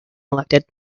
elected